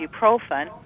ibuprofen